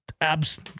abs